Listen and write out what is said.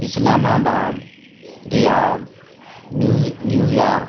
اسلام آباد Riyadh New New York